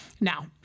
Now